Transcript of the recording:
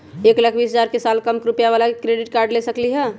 एक लाख बीस हजार के साल कम रुपयावाला भी क्रेडिट कार्ड ले सकली ह?